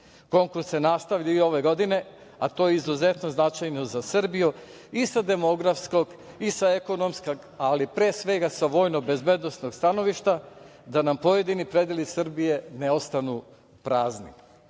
Konkurs se nastavlja i ove godine, a to je izuzetno značajno za Srbiju i sa demografskog i sa ekonomskog, ali pre svega sa vojno-bezbednosnog stanovišta, da nam pojedini predeli Srbije ne ostanu prazni.